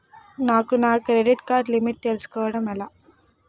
నాకు నా credit card limit తెలుసుకోవడం ఎలా?